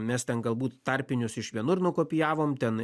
mes ten galbūt tarpinius iš vienur nukopijavom ten